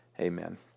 Amen